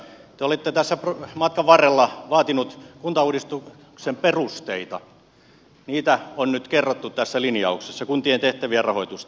te olette tässä matkan varrella vaatinut kuntauudistuksen perusteita niitä on nyt kerrottu tässä linjauksessa kuntien tehtävien rahoitusta